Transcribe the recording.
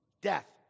death